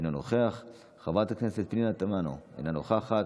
אינו נוכח,